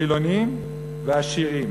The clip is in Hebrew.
חילונים ועשירים.